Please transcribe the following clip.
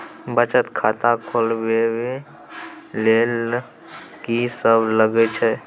बचत खाता खोलवैबे ले ल की सब लगे छै?